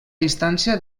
distància